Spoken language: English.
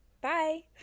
Bye